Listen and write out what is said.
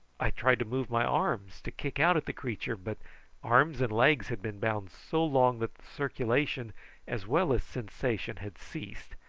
i tried to move my arms to kick out at the creature but arms and legs had been bound so long that the circulation as well as sensation had ceased,